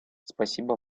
спасибо